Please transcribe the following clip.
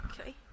okay